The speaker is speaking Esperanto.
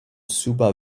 suba